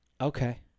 Okay